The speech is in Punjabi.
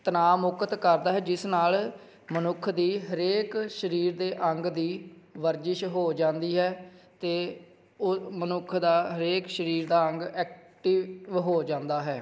ਤਣਾਅ ਮੁਕਤ ਕਰਦਾ ਹੈ ਜਿਸ ਨਾਲ ਮਨੁੱਖ ਦੀ ਹਰੇਕ ਸਰੀਰ ਦੇ ਅੰਗ ਦੀ ਵਰਜਿਸ਼ ਹੋ ਜਾਂਦੀ ਹੈ ਅਤੇ ਉਹ ਮਨੁੱਖ ਦਾ ਹਰੇਕ ਸਰੀਰ ਦਾ ਅੰਗ ਐਕਟਿਵ ਹੋ ਜਾਂਦਾ ਹੈ